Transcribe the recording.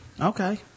Okay